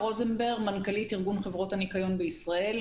מנכ"לית ארגון חברות הניקיון בישראל.